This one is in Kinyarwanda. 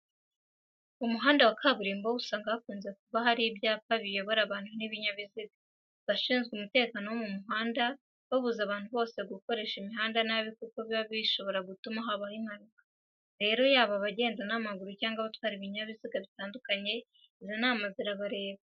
Mu muhanda wa kaburimbo usanga hakunze kuba hari ibyapa biyobora abantu n'ibinyabiziga. Abashinzwe umutekano wo mu muhanda babuza abantu bose gukoresha umuhanda nabi kuko biba bishobora gutuma habaho impanuka. Rero yaba abagenda n'amaguru cyangwa abatwara ibinyabiziga bitandukanye, izi nama zirabareba.